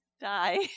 die